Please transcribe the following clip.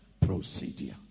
procedure